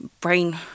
brain